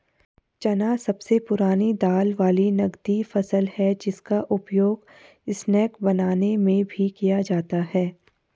चना सबसे पुरानी दाल वाली नगदी फसल है जिसका उपयोग स्नैक्स बनाने में भी किया जाता है